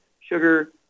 sugar